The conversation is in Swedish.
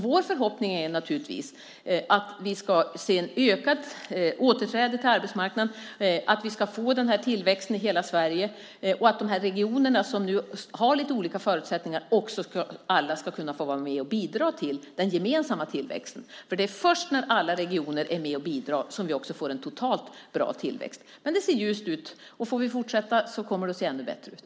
Vår förhoppning är naturligtvis att vi ska se ett ökat återinträdande på arbetsmarknaden, att vi ska få en tillväxt i hela Sverige och att alla regioner som har lite olika förutsättningar ska få vara med och bidra till den gemensamma tillväxten. Det är först när alla regioner är med och bidrar som vi får en totalt bra tillväxt. Det ser ljust ut. Får vi fortsätta kommer det att se ännu bättre ut.